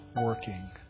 working